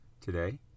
Today